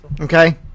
Okay